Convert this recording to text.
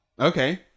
Okay